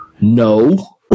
no